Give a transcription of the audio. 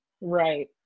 right